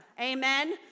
Amen